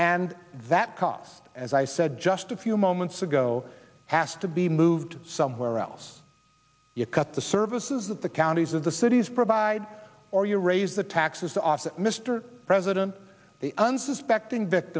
and that cost as i said just a few moments ago has to be moved somewhere else you cut the services that the counties of the cities provide or you raise the taxes mr president the unsuspecting